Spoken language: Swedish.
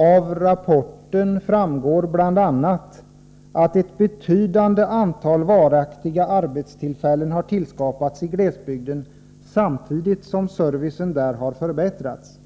Av rapporten framgår bl.a. att ett betydande antal varaktiga arbetstillfällen har tillkommit i glesbygden samtidigt som servicen där har förbättrats.